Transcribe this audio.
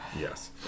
Yes